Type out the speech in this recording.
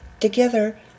together